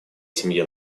семье